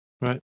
right